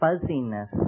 fuzziness